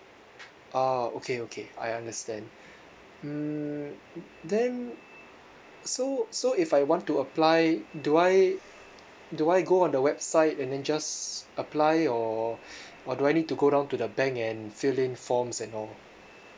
orh okay okay I understand mm then so so if I want to apply do I do I go on the website and then just apply or or do I need to go down to the bank and fill in forms and all